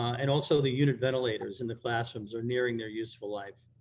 and also the unit ventilators in the classrooms are nearing their useful life,